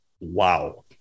Wow